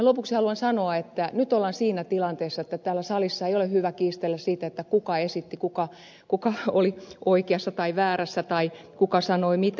lopuksi haluan sanoa että nyt ollaan siinä tilanteessa että täällä salissa ei ole hyvä kiistellä siitä kuka esitti kuka oli oikeassa tai väärässä tai kuka sanoi mitä